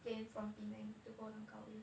plane from penang to go langkawi